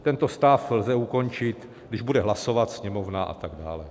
Tento stav lze ukončit, když bude hlasovat Sněmovna... a tak dále.